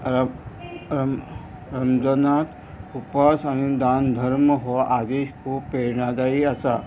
रमजनाथ उपास आनी दान धर्म हो आदीश खूब प्रेरणादायी आसा